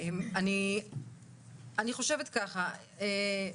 אני חושבת ככה,